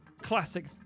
classic